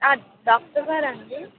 డాక్టర్గారా అండి